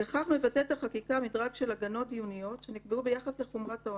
בכך מבטאת החקיקה מדרג של הגנות דיוניות שנקבעו ביחס לחומרת העונש.